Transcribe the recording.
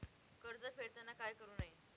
कर्ज फेडताना काय करु नये?